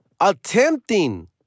attempting